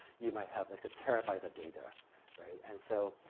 you might have like a terabyte of data right, and so,